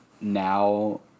now